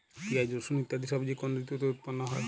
পিঁয়াজ রসুন ইত্যাদি সবজি কোন ঋতুতে উৎপন্ন হয়?